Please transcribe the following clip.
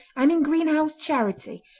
i am in greenhow's charity,